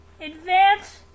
Advance